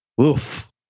Oof